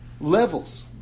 levels